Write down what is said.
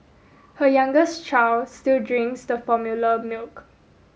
her youngest child still drinks the formula milk